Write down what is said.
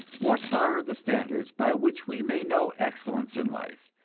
what are the standards by which we may know excellence in life,